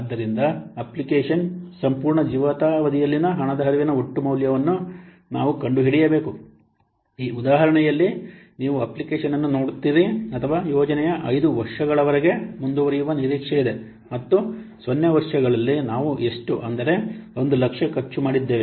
ಆದ್ದರಿಂದ ಅಪ್ಲಿಕೇಶನ್ನ ಸಂಪೂರ್ಣ ಜೀವಿತಾವಧಿಯಲ್ಲಿನ ಹಣದ ಹರಿವಿನ ಒಟ್ಟು ಮೌಲ್ಯವನ್ನು ನಾವು ಕಂಡುಹಿಡಿಯಬೇಕು ಈ ಉದಾಹರಣೆಯಲ್ಲಿ ನೀವು ಅಪ್ಲಿಕೇಶನ್ ಅನ್ನು ನೋಡುತ್ತೀರಿ ಅಥವಾ ಯೋಜನೆಯು 5 ವರ್ಷಗಳವರೆಗೆ ಮುಂದುವರಿಯುವ ನಿರೀಕ್ಷೆಯಿದೆ ಮತ್ತು 0 ವರ್ಷಗಳಲ್ಲಿ ನಾವು ಎಷ್ಟು ಅಂದರೆ 100000 ಖರ್ಚು ಮಾಡಿದ್ದೇವೆ